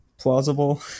plausible